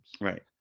Right